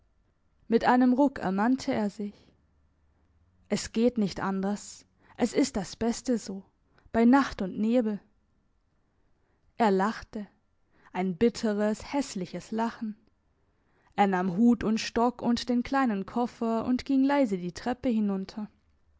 mit einem ruck ermannte er sich es geht nicht anders es ist das beste so bei nacht und nebel er lachte ein bitteres hässliches lachen er nahm hut und stock und den kleinen koffer und ging leise die treppe hinunter